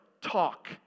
talk